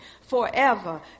forever